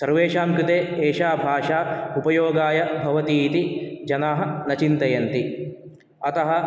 सर्वेषां कृते एषा भाषा उपयोगाय भवति इति जनाः न चिन्तयन्ति अतः